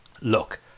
Look